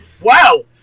Wow